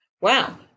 Wow